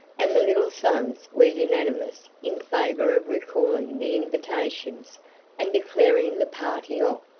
and the little sons were unanimous in favor of recalling the invitations and declaring the party off.